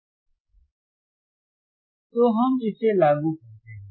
Refer Slide Time 1016 तो हम इसे लागू करते हैं